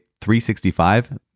365